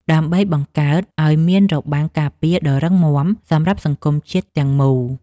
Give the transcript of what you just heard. ដើម្បីបង្កើតឱ្យមានរបាំងការពារដ៏រឹងមាំសម្រាប់សង្គមជាតិទាំងមូល។